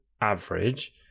average